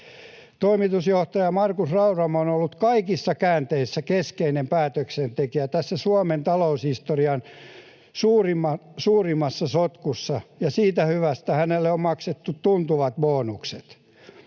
Toimitusjohtaja Markus Rauramo on ollut kaikissa käänteissä keskeinen päätöksentekijä tässä Suomen taloushistorian suurimmassa sotkussa, ja siitä hyvästä hänelle on maksettu tuntuvat bonukset.